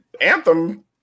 anthem